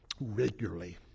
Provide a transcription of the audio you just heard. regularly